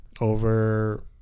Over